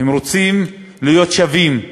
הם רוצים להיות שווים.